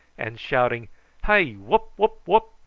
and shouting hi wup, wup wup,